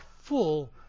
full